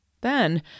Then